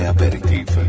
Aperitif